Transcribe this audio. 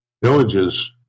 Villages